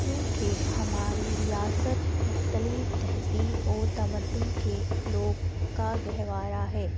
کیونکہ ہماری ریاست مختلف تہذیب و تمدن کے لوگ کا گہوارہ ہے